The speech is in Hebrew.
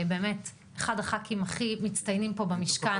באמת אחד הח"כים הכי מצטיינים פה במשכן.